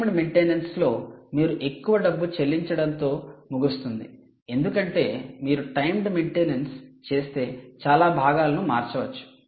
timed maintenance లో మీరు ఎక్కువ డబ్బు చెల్లించడంతో ముగుస్తుంది ఎందుకంటే మీరు టైమ్డ్ మెయింటెనెన్స్ చేస్తే చాలా భాగాలను మార్చవచ్చు